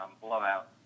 blowout